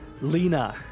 Lena